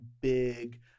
big